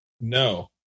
No